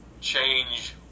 change